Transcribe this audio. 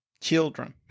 Children